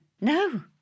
No